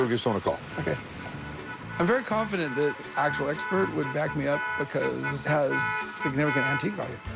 go give someone a call. ok. i'm very confident the actual expert would back me up because this has significant antique value.